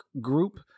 group